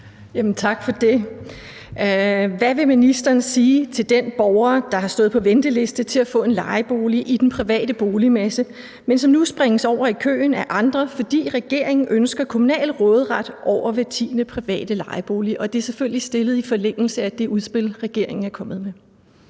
Tak for det. Hvad vil ministeren sige til den borger, der har stået på venteliste til at få en lejebolig i den private boligmasse, men som nu springes over i køen af andre, fordi regeringen ønsker kommunal råderet over hver tiende private lejebolig? Spørgsmålet er selvfølgelig stillet i forlængelse af det udspil, regeringen er kommet med.